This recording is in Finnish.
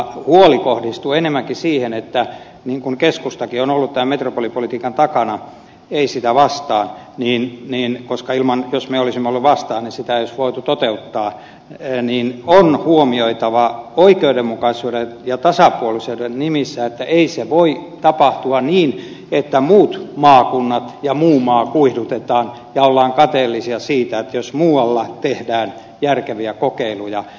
huoli kohdistuu enemmänkin siihen niin kuin keskustakin on ollut tämän metropolipolitiikan takana ei sitä vastaan koska jos me olisimme olleet vastaan niin sitä ei olisi voitu toteuttaa että on huomioitava oikeudenmukaisuuden ja tasapuolisuuden nimissä että ei voi tapahtua niin että muut maakunnat ja muu maa kuihdutetaan ja ollaan kateellisia siitä jos muualla tehdään järkeviä kokeiluja